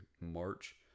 March